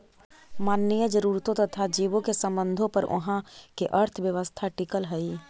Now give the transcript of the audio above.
मानवीय जरूरतों तथा जीवों के संबंधों पर उहाँ के अर्थव्यवस्था टिकल हई